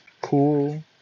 cool